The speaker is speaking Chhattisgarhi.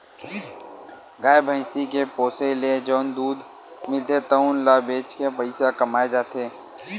गाय, भइसी के पोसे ले जउन दूद मिलथे तउन ल बेच के पइसा कमाए जाथे